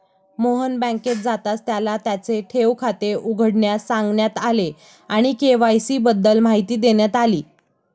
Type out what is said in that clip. मोहन बँकेत जाताच त्याला त्याचे ठेव खाते उघडण्यास सांगण्यात आले आणि के.वाय.सी बद्दल माहिती देण्यात आली